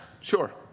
sure